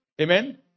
Amen